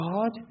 God